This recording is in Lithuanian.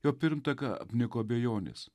jo pirmtaką apniko abejonės